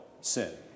sin